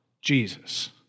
Jesus